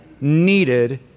needed